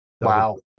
Wow